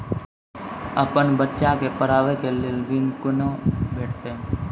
अपन बच्चा के पढाबै के लेल ऋण कुना भेंटते?